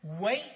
Wait